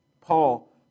Paul